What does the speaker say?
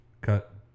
cut